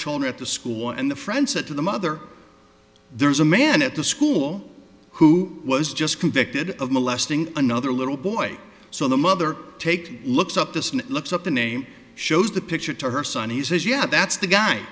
child at the school and the friend said to the mother there's a man at the school who was just convicted of molesting another little boy so the mother take looks up this and looks at the name shows the picture to her son he says yeah that's the guy